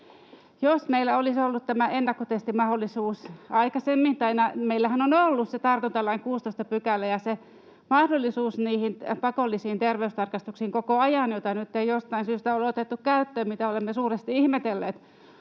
Jos meillä olisi ollut tämä ennakkotestimahdollisuus aikaisemmin — tai meillähän on ollut koko ajan se tartuntalain 16 § ja se mahdollisuus pakollisiin terveystarkastuksiin, jota nyt ei jostain syystä ole otettu käyttöön, mitä olemme suuresti ihmetelleet